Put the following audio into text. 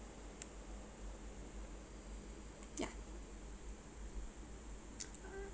ya